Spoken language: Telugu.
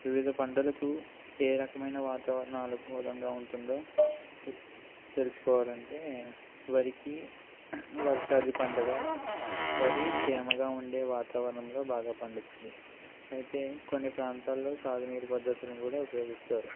వివిధ పంటలకు ఏ రకమైన వాతావరణాలకు అనుకూలంగా ఉంటుందో తెలుసుకోవాలంటే వరికి వర్షాది పండగ వరి తేమగా ఉండే వాతావరణంలో బాగా పండుతుంది అయితే కొన్ని ప్రాంతాలలో సాగు నీరు పద్ధతులు కూడా ఉపయోగిస్తారు